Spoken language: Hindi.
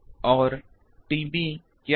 और TB क्या है